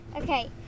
Okay